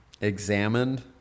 examined